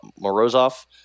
Morozov